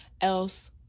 else